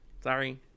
sorry